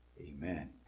Amen